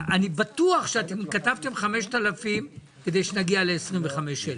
אני בטוח שכתבתם 5,000 כדי שנגיע ל-25,000.